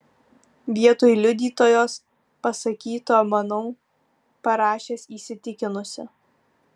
vietoj liudytojos pasakyto manau parašęs įsitikinusi